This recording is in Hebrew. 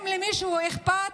אם למישהו אכפת,